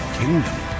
kingdom